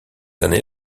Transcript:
années